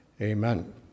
amen